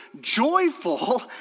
joyful